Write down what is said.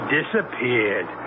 disappeared